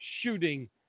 shooting